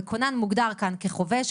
והכונן מוגדר כאן כחובש,